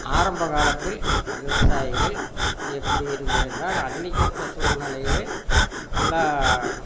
ஆரம்பகாலத்தில் விவசாயிகள் எப்படி இருந்தது என்றால் அன்னைக்கேற்ற சூழ்நெலையிலே எல்லாம்